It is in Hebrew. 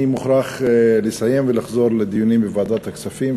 אני מוכרח לסיים ולחזור לוועדת הכספים,